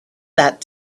that